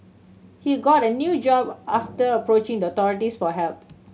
he got a new job after approaching the authorities for help